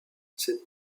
cette